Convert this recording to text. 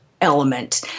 element